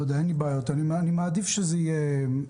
אני מעדיף שזה יהיה בניסוי.